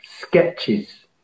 sketches